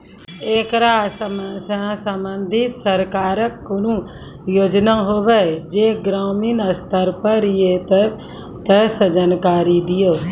ऐकरा सऽ संबंधित सरकारक कूनू योजना होवे जे ग्रामीण स्तर पर ये तऽ जानकारी दियो?